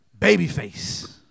Babyface